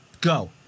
Go